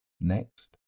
Next